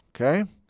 Okay